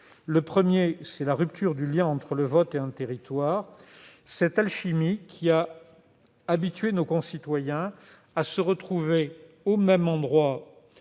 Le premier, c'est la rupture du lien entre le vote et un territoire, cette alchimie qui a habitué nos concitoyens à se retrouver au même endroit